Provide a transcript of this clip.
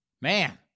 Man